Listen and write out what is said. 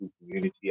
community